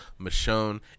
Michonne